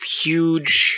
huge